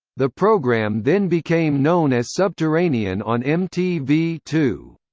the program then became known as subterranean on m t v two.